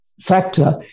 Factor